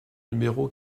numéro